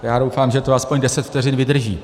Já doufám, že to aspoň deset vteřin vydrží.